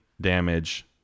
damage